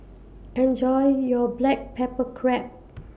Enjoy your Black Pepper Crab